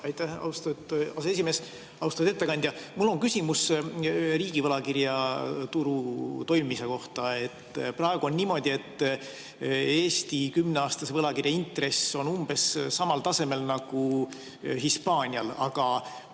Aitäh, austatud aseesimees! Austatud ettekandja! Mul on küsimus riigi võlakirjaturu toimimise kohta. Praegu on niimoodi, et Eesti 10-aastase võlakirja intress on umbes samal tasemel nagu Hispaanial, aga